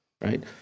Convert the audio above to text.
right